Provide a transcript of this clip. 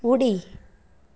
उडी